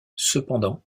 cependant